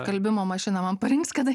skalbimo mašiną man parinks kada